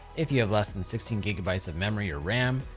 if you have less than sixteen gb of memory or ram,